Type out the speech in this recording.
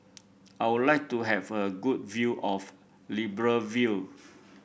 I would like to have a good view of Libreville